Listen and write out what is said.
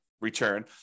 return